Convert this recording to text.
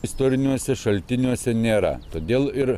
istoriniuose šaltiniuose nėra todėl ir